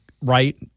right